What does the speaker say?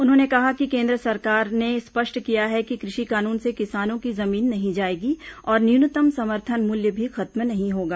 उन्होंने कहा कि केन्द्र सरकार ने स्पष्ट किया है कि कृषि कानून से किसानों की जमीन नहीं जाएगी और न्यूनतम समर्थन मूल्य भी खत्म नहीं होगा